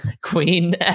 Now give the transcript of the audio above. Queen